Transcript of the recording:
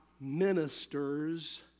Ministers